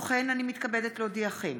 הצעת חוק הביטוח הלאומי (תיקון,